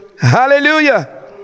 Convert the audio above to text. Hallelujah